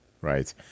Right